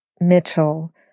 Mitchell